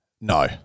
No